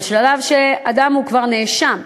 אלא על שלב שאדם כבר נאשם,